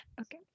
Okay